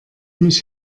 mich